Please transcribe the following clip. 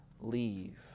leave